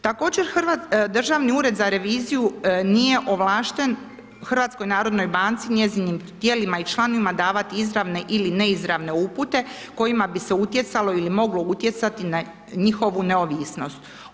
Također, Državni ured za reviziju nije ovlašten HNB-u i njezinim tijelima i članovima davati izravne ili neizravne upute kojima bi se utjecalo ili moglo utjecati na njihovu neovisnost.